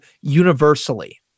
universally